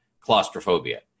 claustrophobia